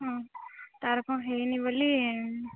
ହଁ ତା'ର କ'ଣ ହେଇନି ବୋଲି